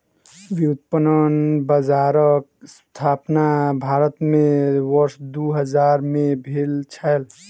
व्युत्पन्न बजारक स्थापना भारत में वर्ष दू हजार में भेल छलै